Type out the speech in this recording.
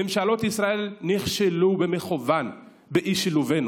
ממשלות ישראל נכשלו במכוון באי-שילובנו.